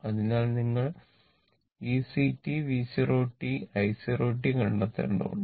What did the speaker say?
അതിനാൽ നിങ്ങൾ VC V 0 i0കണ്ടെത്തേണ്ടതുണ്ട്